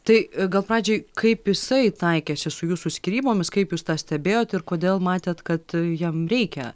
tai gal pradžiai kaip jisai taikėsi su jūsų skyrybomis kaip jūs tą stebėjot ir kodėl matėt kad jam reikia